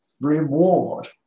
reward